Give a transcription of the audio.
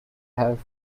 have